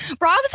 Rob's